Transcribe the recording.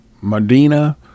Medina